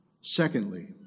Secondly